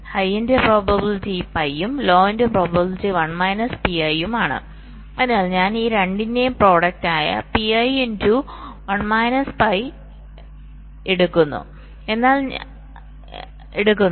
ഹൈന്റെ probability പൈയും ലോന്റെ probability 1 minus Pi യുമാണ് അതിനാൽ ഞാൻ ഈ രണ്ടിന്റെയും പ്രോഡക്റ്റായ Pi ഇൻടു 1 മൈനസ് പൈPi into എടുക്കുന്നു